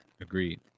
agreed